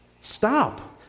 Stop